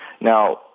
Now